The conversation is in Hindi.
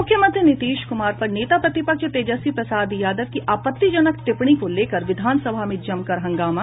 मुख्यमंत्री नीतीश कुमार पर नेता प्रतिपक्ष तेजस्वी प्रसाद यादव की आपत्तिजनक टिप्पणी को लेकर विधानसभा में जमकर हंगामा